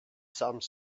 some